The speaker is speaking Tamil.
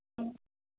ம்